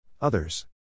Others